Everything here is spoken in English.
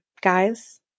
Guys